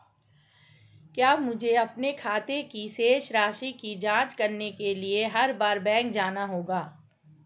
क्या मुझे अपने खाते की शेष राशि की जांच करने के लिए हर बार बैंक जाना होगा?